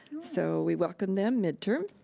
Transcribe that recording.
so, we welcome them midterm.